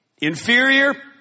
Inferior